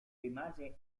rimase